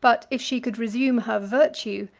but if she could resume her virtue,